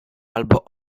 albo